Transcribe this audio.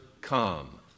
come